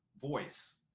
voice